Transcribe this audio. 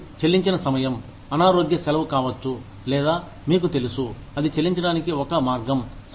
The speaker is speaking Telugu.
మరియు చెల్లించిన సమయం అనారోగ్య సెలవు కావచ్చు లేదా మీకు తెలుసు అది చెల్లించడానికి ఒక మార్గం